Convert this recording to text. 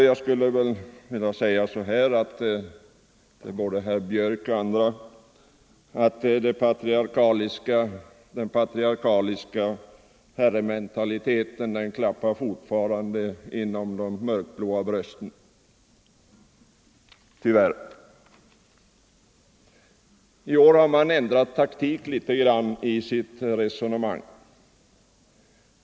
Jag skulle vilja säga till både herr Björck i Nässjö och andra att den patriarkaliska herrementaliteten tyvärr fortfarande finns i de mörkblå brösten. I år har man ändrat taktik litet grand i sitt resonemang.